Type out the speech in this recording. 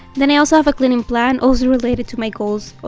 then i also have a cleaning plan also related to my goals.